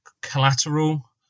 collateral